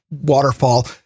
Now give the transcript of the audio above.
waterfall